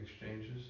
exchanges